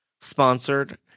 sponsored